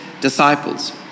disciples